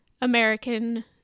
American